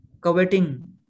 coveting